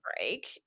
break